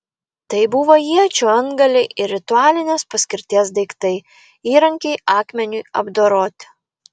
tai buvo iečių antgaliai ir ritualinės paskirties daiktai įrankiai akmeniui apdoroti